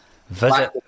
Visit